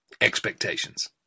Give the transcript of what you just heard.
expectations